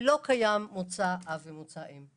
לא קיים מוצא אב ומוצא אם.